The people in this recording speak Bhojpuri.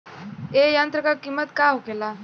ए यंत्र का कीमत का होखेला?